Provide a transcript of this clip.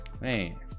Man